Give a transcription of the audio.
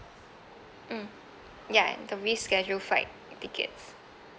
mm ya the reschedule flight tickets